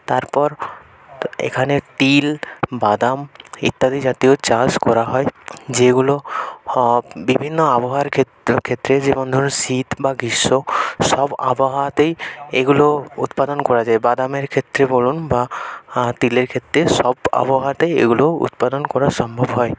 তারপর এখানে টিল বাদাম ইত্যাদি জাতীয় চাষ করা হয় যেগুলো বিভিন্ন আবহাওয়ার ক্ষেত্র ক্ষেত্রে যেমন ধরুন শীত বা গ্রীষ্ম সব আবহাওয়াতেই এগুলো উৎপাদন করা যায় বাদামের ক্ষেত্রে বলুন বা তিলের খেত্তে সব আবহাওয়াতেই এগুলো উৎপাদন করা সম্ভব হয়